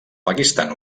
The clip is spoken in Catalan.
pakistan